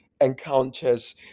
encounters